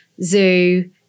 Zoo